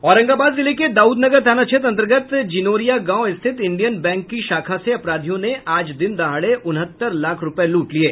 औरंगाबाद जिले के दाउदनगर थाना क्षेत्र अंतर्गत जीनोरिया गांव स्थित इंडियन बैंक की शाखा से अपराधियों ने आज दिन दहाड़े उनहत्तर लाख रूपये लूट लिये